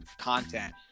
content